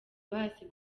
bahasiga